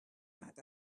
fat